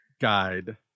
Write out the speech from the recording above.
guide